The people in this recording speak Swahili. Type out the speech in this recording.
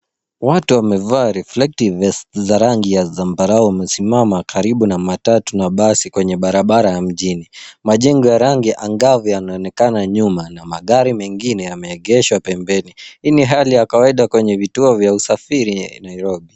Watu wamevaa reflective vests za rangi ya zambarau wamesimama karibu na matatu na basi kwenye barabara ya mjini. Majengo ya rangi angavu yanaonekana nyuma na magari mengine yameegeshwa pembeni . Hii ni hali ya kawaida kwenye vituo vya usafiri Nairobi.